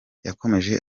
yakomeje